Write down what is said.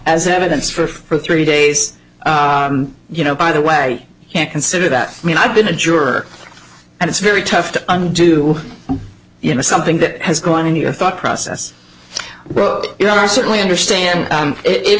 as evidence for for three days you know by the way you can't consider that i mean i've been a juror and it's very tough to undo you know something that has gone in your thought process well you know i certainly understand